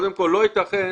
לא יתכן